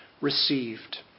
received